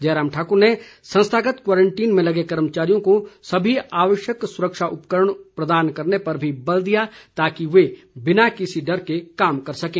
जयराम ठाकुर ने संस्थागत क्वारंटीन में लगे कर्मचारियों को सभी आवश्यक सुरक्षा उपकरण प्रदान करने पर भी बल दिया ताकि वे बिना किसी डर से काम कर सकें